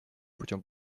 путем